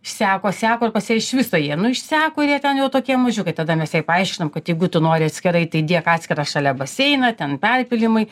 seko seko ir pas ją iš viso jie nu išseko ir jie ten jau tokie mažiukai tada mes jai paaiškinom kad jeigu tu nori atskirai tai dėk atskirą šalia baseiną ten perpylimai